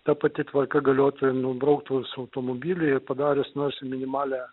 ta pati tvarka galiotų ir nubrauktus automobilį ir padarius nors ir minimalią